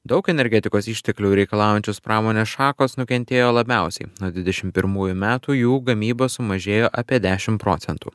daug energetikos išteklių reikalaujančios pramonės šakos nukentėjo labiausiai nuo dvidešim pirmųjų metų jų gamyba sumažėjo apie dešim procentų